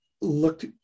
looked